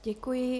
Děkuji.